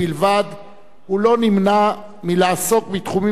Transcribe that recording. הוא לא נמנע מלעסוק בתחומים שונים ומגוונים,